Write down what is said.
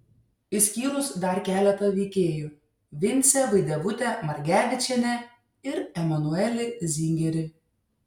išskyrus dar keletą veikėjų vincę vaidevutę margevičienę ir emanuelį zingerį